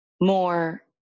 more